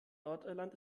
nordirland